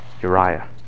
Uriah